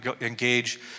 engage